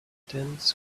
dense